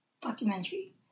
documentary